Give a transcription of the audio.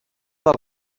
del